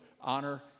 honor